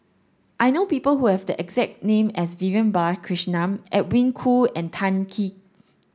I know people who have the exact name as Vivian Balakrishnan Edwin Koo and Tan Kim